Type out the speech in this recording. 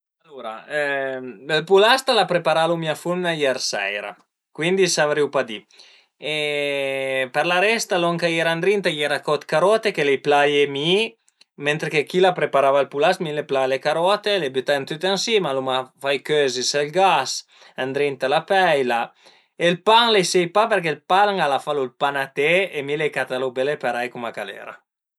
Alura ël pulast al a preparalu mia fumna ier seira cuindi savrìu pa di e për la resta lon ch'a i era ëndrinta a i era co carote chë l'ai plaie mi mentre che chila a preparava ël pulast mi ai pla le carote, l'ai bütale tüte ënsema, l'uma fait cözi sël gas, ëndrinta a la peila e ël pan sai pa përché a la falu ël panaté e mi l'ai catalu bele parei cume ch'al era